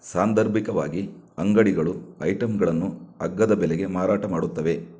ಸಾಂದರ್ಭಿಕವಾಗಿ ಅಂಗಡಿಗಳು ಐಟಮ್ಗಳನ್ನು ಅಗ್ಗದ ಬೆಲೆಗೆ ಮಾರಾಟ ಮಾಡುತ್ತವೆ